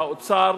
שהאוצר,